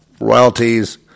royalties